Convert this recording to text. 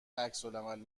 عکسالعمل